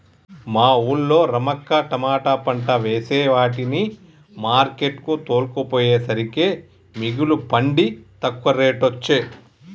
మా వూళ్ళో రమక్క తమాట పంట వేసే వాటిని మార్కెట్ కు తోల్కపోయేసరికే మిగుల పండి తక్కువ రేటొచ్చె